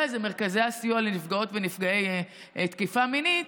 זה מרכזי הסיוע לנפגעות ונפגעי תקיפה מינית,